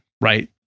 right